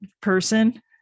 person